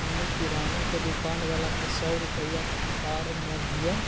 हम्मे किराना के दुकान वाला के सौ रुपईया तार माधियम